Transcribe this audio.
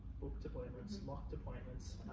booked appointments, locked appointments.